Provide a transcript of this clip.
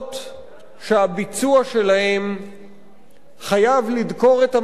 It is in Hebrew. שהביצוע שלהן חייב לדקור את המצפון,